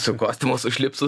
su kostiumu su šlipsu